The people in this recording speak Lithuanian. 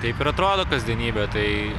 taip ir atrodo kasdienybė tai